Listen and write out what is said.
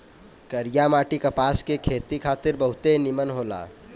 करिया माटी कपास के खेती खातिर बहुते निमन होला